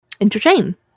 entertain